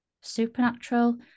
Supernatural